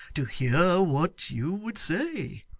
to hear what you would say